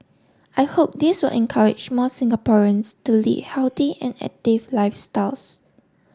I hope this will encourage more Singaporeans to lead healthy and active lifestyles